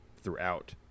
throughout